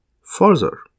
Further